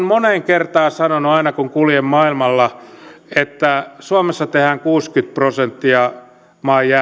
moneen kertaan sanonut aina kun kuljen maailmalla että suomessa tehdään kuusikymmentä prosenttia